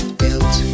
built